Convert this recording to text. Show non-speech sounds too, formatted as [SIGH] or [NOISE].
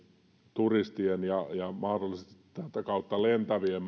turistien ja ja mahdollisesti tätä kautta lentävien [UNINTELLIGIBLE]